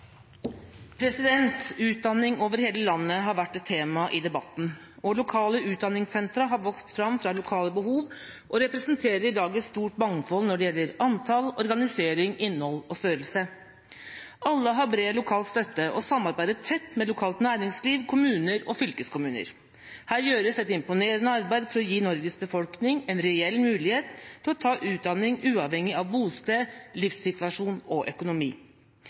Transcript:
minutter. Utdanning over hele landet har vært et tema i debatten, og lokale utdanningssentre har vokst fram ut fra lokale behov og representerer i dag et stort mangfold når det gjelder antall, organisering, innhold og størrelse. Alle har bred lokal støtte og samarbeider tett med lokalt næringsliv, kommuner og fylkeskommuner. Her gjøres et imponerende arbeid for å gi Norges befolkning en reell mulighet til å ta utdanning uavhengig av bosted, livssituasjon og økonomi.